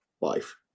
life